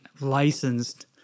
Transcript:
licensed